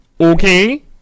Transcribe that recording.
okay